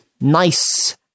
nice